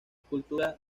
esculturas